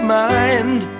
mind